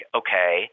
okay